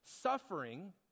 Suffering